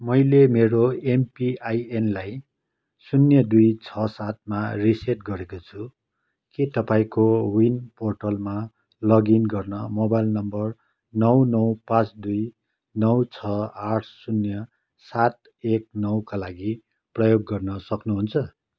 मैले मेरो एमपिआइएनलाई शून्य दुई छ सातमा रिसेट गरेको छु के तपाईँँ को विन पोर्टलमा लगइन गर्न मोबाइल नम्बर नौ नौ पाँच दुई नौ छ आठ शून्य सात एक नौका लागि प्रयोग गर्न सक्नुहुन्छ